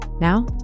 Now